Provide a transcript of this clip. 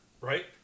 right